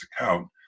account